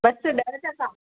बसि ॾह टका